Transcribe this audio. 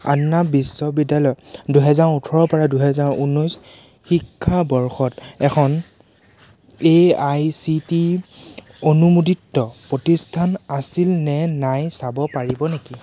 আন্না বিশ্ববিদ্যালয় দুহেজাৰ ওঠৰ পৰা দুহেজাৰ উনৈছ শিক্ষাবৰ্ষত এখন A I C T E অনুমোদিত প্ৰতিষ্ঠান আছিল নে নাই চাব পাৰিব নেকি